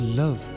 love